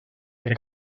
que